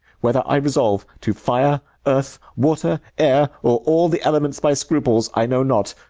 whether i resolve to fire, earth, water, air, or all the elements by scruples, i know not,